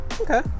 Okay